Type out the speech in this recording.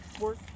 work